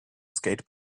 skate